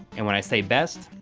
and when i say best,